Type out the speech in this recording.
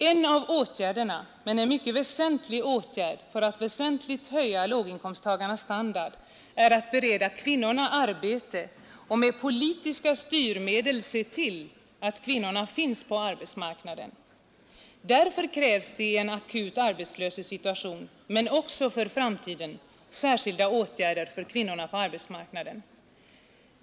En av åtgärderna, men en mycket väsentlig sådan, för att väsentligt höja låginkomsttagarnas standard är att bereda kvinnorna arbete och med politiska styrmedel se till att kvinnorna finns på arbetsmarknaden. Därför krävs det i en akut arbetslöshetssituation men också för framtiden särskilda åtgärder för kvinnorna på arbetsmarknaden.